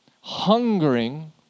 hungering